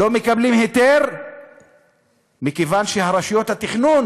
ולא מקבלים היתר מכיוון שרשויות התכנון